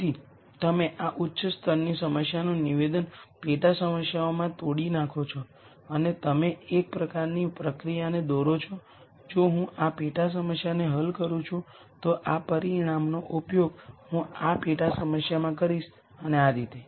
તેથી તમે આ ઉચ્ચ સ્તરની સમસ્યાનું નિવેદન પેટા સમસ્યાઓમાં તોડી નાખો છો અને તમે એક પ્રકારની પ્રક્રિયાને દોરો છો જો હું આ પેટા સમસ્યાને હલ કરું છું તો આ પરિણામનો ઉપયોગ હું આ પેટા સમસ્યામાં કરીશ અને આ રીતે